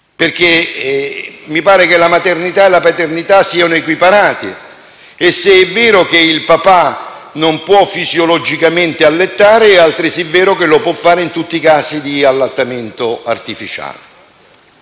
perché mi pare che la maternità e la paternità siano equiparate e, se è vero che il papà non può fisiologicamente allattare, è altresì vero che lo può fare in tutti i casi di allattamento artificiale.